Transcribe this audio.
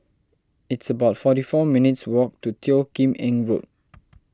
it's about forty four minutes' walk to Teo Kim Eng Road